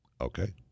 okay